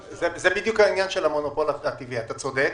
אתה צודק,